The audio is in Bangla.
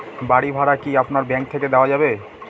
বাড়ী ভাড়া কি আপনার ব্যাঙ্ক থেকে দেওয়া যাবে?